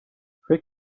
فکر